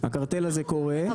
הקרטל הזה קורה,